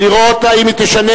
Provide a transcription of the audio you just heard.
לראות אם היא תשנה,